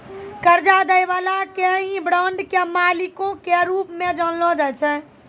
कर्जा दै बाला के ही बांड के मालिको के रूप मे जानलो जाय छै